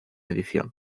edición